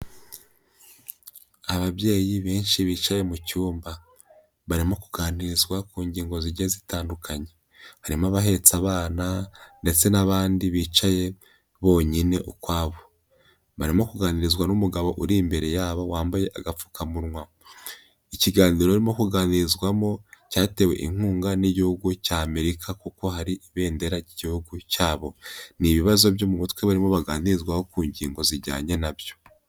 Ababyeyi benshi bicaye mu cyumba. Barimo kuganirizwa ku ngingo zigiye zitandukanye. Harimo abahetse abana, ndetse n'abandi bicaye bonyine ukwabo. Barimo kuganirizwa n'umugabo uri imbere yabo wambaye agapfukamunwa. Ikiganiro barimo kuganirizwamo cyatewe inkunga n'igihugu cya Amerika kuko hari ibendera ry'igihugu cyabo. Ni ibibazo byo mu mutwe barimo baganirizwaho ku ngingo zijyanye nabyo.